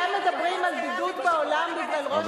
אתם מדברים על בידוד בעולם בגלל ראש הממשלה?